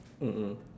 mm mm